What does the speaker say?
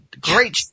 great